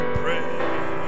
pray